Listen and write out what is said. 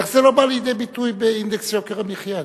איך זה לא בא לידי ביטוי באינדקס יוקר המחיה?